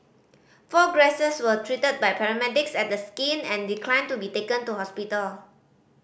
four were treated by paramedics at the skin and declined to be taken to hospital